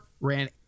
ran